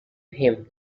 him